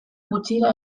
gutxira